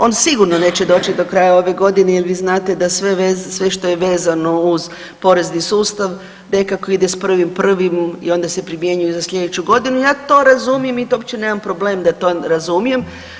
On sigurno neće doći do kraja ove godine jel vi znate da sve što je vezano uz porezni sustav nekako ide s 1.1. i onda se primjenjuje za sljedeću godinu, ja to razumijem i to uopće nemam problem da to razumijem.